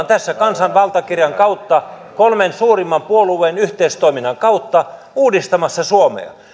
tässä kansan valtakirjan kautta kolmen suurimman puolueen yhteistoiminnan kautta uudistamassa suomea